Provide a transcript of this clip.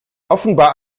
offenbar